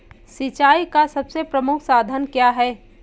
सिंचाई का सबसे प्रमुख साधन क्या है?